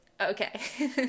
okay